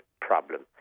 problem